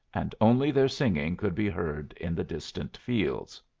and only their singing could be heard in the distant fields.